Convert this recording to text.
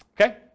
Okay